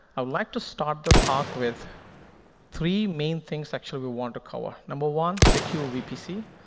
i would like to start the talk with three main things, actually, we want to cover. number one, secure vpc.